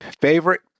favorite